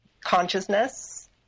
consciousness